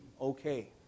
okay